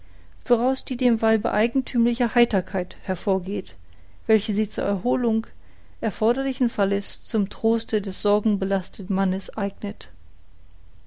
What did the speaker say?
woraus die dem weibe eigenthümliche heiterkeit hervorgeht welche sie zur erholung erforderlichen falles zum troste des sorgenbelasteten mannes eignet